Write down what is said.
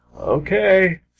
okay